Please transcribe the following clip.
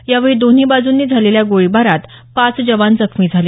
यावेळी दोन्ही बाजूंनी झालेल्या गोळीबारात पाच जवान जखमी झाले